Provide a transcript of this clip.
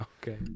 Okay